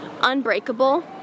unbreakable